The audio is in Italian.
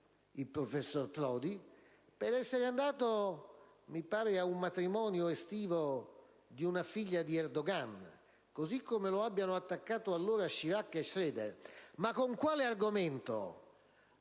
il professor Prodi, per essere andato a un matrimonio estivo di un figlio di Erdogan, così come lo attaccarono allora Chirac e Schroeder. L'argomento